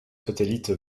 satellite